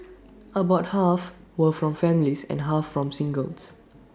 about half were from families and half from singles